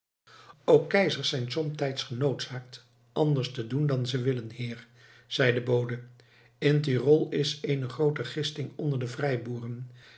ook keizers zijn soms genoodzaakt anders te doen dan ze willen heer zeide de bode in tyrol is eene groote gisting onder de